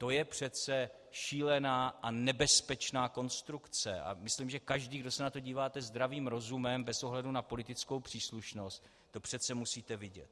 To je přece šílená a nebezpečná konstrukce a myslím, že každý, kdo se na to díváte zdravým rozumem, bez ohledu na politickou příslušnost, to přece musíte vidět.